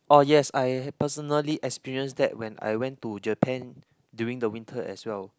oh yes I personally experienced that when I went to Japan during the winter as well